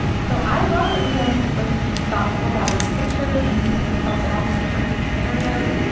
so i love that liam is like being thoughtful about his pictures and he puts himself in all these different scenarios.